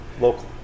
Local